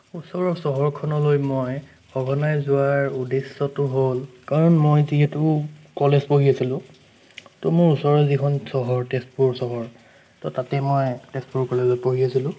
ওচৰৰ চহৰখনলৈ মই সঘনাই যোৱাৰ উদ্দেশ্যটো হ'ল কাৰণ মই যিহেতু কলেজ পঢ়ি আছিলোঁ তো মোৰ ওচৰৰ যিখন চহৰ তেজপুৰ চহৰ তো তাতেই মই তেজপুৰ কলেজত পঢ়ি আছিলোঁ